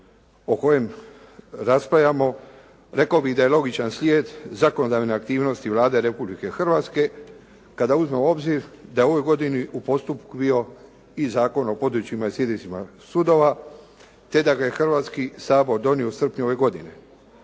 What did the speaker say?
o kojem raspravljamo rekao bih da je logičan slijed zakonodavne aktivnosti Vlade Republike Hrvatske kad uzme u obzir da je u ovoj godini bio i Zakon o područjima i sjedištima sudova te da ga je Hrvatski sabor donio u srpnju ove godine.